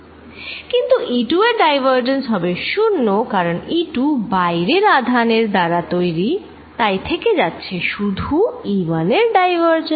কিন্তু E2 এর divergence হবে শুন্য কারন E2 বাইরের আধান এর দ্বারা তৈরি তাই থেকে যাচ্ছে সুধু E1 এর ডাইভারজেন্স